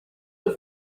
the